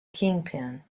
kingpin